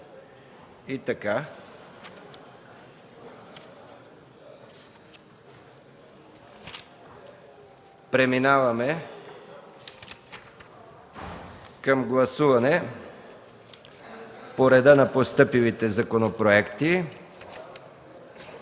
Преминаваме към гласуване по реда на постъпилите законопроекти.